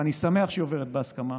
ואני שמח שהיא עוברת בהסכמה.